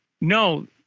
no